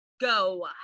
go